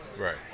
Right